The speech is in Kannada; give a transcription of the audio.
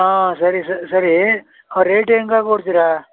ಹಾಂ ಸರಿ ಸರಿ ಸರಿ ಹಾಂ ರೇಟ್ ಹೆಂಗೆ ಹಾಕಿ ಕೊಡ್ತೀರಾ